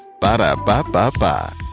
Ba-da-ba-ba-ba